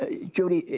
ah judy,